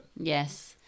Yes